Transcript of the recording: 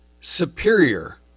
superior